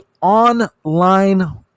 online